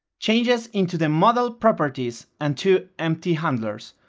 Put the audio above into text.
changes into the model properties and two empty handlers,